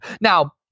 Now